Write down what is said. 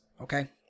Okay